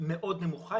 מאוד נמוכה,